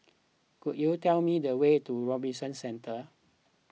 could you tell me the way to Robinson Centre